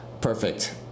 Perfect